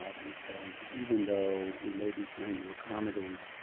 ah because even though we may be trying to accommodate